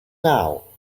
now